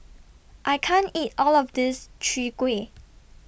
I can't eat All of This Chwee Kueh